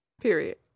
Period